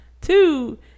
Two